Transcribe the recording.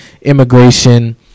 immigration